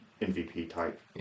MVP-type